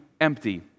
empty